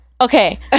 okay